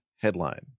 headline